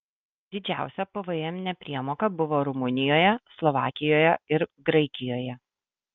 didžiausia pvm nepriemoka buvo rumunijoje slovakijoje ir graikijoje